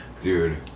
Dude